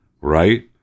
right